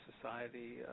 Society